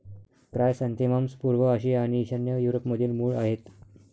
chrysanthemums पूर्व आशिया आणि ईशान्य युरोपमधील मूळ आहेत